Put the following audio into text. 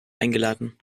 eingeladen